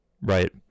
right